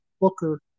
booker